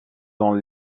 dont